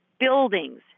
buildings